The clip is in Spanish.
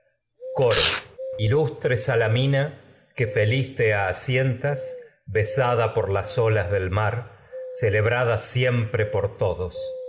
coro sada ser ilustre salamina que feliz te asientas pe por las olas del mar celebrada siempre por todos